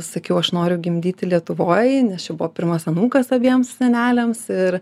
sakiau aš noriu gimdyti lietuvoj nes čia buvo pirmas anūkas abiems seneliams ir